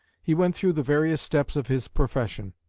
he went through the various steps of his profession.